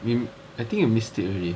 mean I think you missed it already